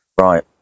Right